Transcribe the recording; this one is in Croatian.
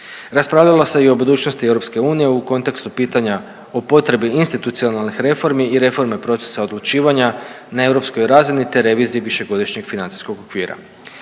Raspravljalo se i o budućnosti Europske unije u kontekstu pitanja o potrebi institucionalnih reformi i reforme procesa odlučivanja na europskoj razini te reviziji višegodišnjeg financijskog okvira.